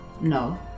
No